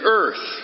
earth